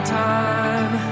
time